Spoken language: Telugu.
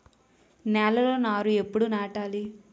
నేలలో నారు ఎప్పుడు నాటాలి?